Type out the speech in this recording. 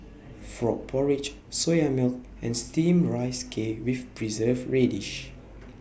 Frog Porridge Soya Milk and Steamed Rice Cake with Preserved Radish